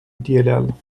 dll